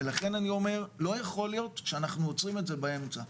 ולכן אני אומר לא יכול להיות שאנחנו עומרים את זה באמצע,